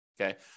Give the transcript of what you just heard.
Okay